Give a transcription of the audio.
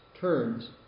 turns